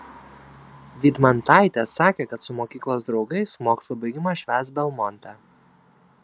vydmantaitė sakė kad su mokyklos draugais mokslų baigimą švęs belmonte